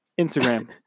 Instagram